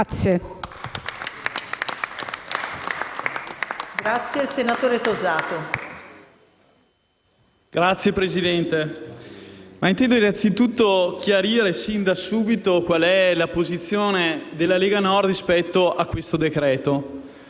Signora Presidente, intendo anzitutto chiarire sin da subito qual è la posizione della Lega Nord rispetto al decreto-legge